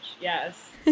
yes